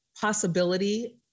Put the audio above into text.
possibility